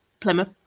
Plymouth